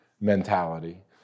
mentality